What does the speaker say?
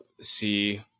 see